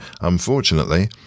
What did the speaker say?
Unfortunately